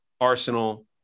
arsenal